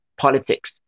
politics